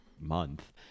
month